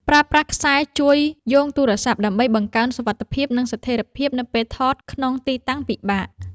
ប្រើប្រាស់ខ្សែជួយយោងទូរស័ព្ទដើម្បីបង្កើនសុវត្ថិភាព និង ស្ថេរភាពនៅពេលថតក្នុងទីតាំងពិបាក។